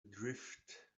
drift